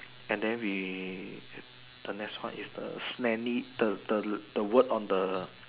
and then we the next one is the smelly the the word on the